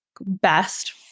best